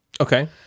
Okay